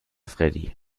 freddy